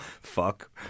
Fuck